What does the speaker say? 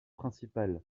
principal